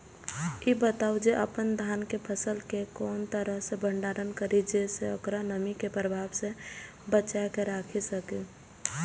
ई बताऊ जे अपन धान के फसल केय कोन तरह सं भंडारण करि जेय सं ओकरा नमी के प्रभाव सं बचा कय राखि सकी?